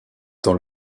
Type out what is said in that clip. dans